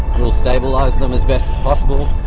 we'll stabilize them as best as possible,